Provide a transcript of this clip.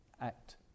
act